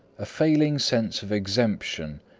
a failing sense of exemption,